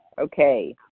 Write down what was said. Okay